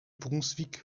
brunswick